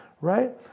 right